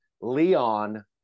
Leon